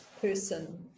person